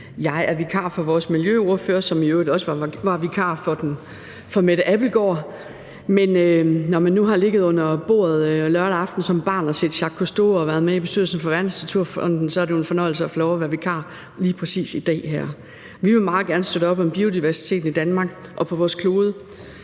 Jeg er vikar for vores miljøordfører, som i øvrigt også var vikar for Mette Abildgaard. Når man nu som barn lørdag aften har ligget under bordet og set Jacques Cousteau og har været med i bestyrelsen for Verdensnaturfonden, er det jo en fornøjelse at få lov til at være vikar lige præcis i dag. Vi vil meget gerne støtte op om biodiversiteten i Danmark og på vores klode.